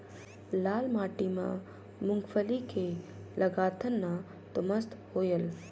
लाल माटी म मुंगफली के लगाथन न तो मस्त होयल?